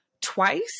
twice